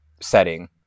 setting